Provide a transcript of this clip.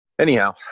anyhow